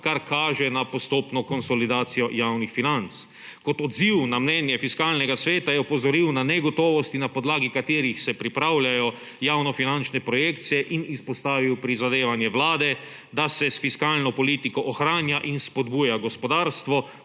kar kaže na postopno konsolidacijo javnih financ. Kot odziv na mnenje Fiskalnega sveta je opozoril na negotovosti, na podlagi katerih se pripravljajo javnofinančne projekcije, in izpostavil prizadevanje Vlade, da se s fiskalno politiko ohranja in spodbuja gospodarstvo,